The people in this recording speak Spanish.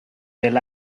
del